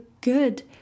good